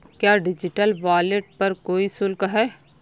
क्या digital wallet पर कोई शुल्क है?